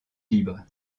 libre